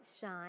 shine